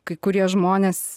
kai kurie žmonės